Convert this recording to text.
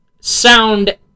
sound